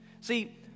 See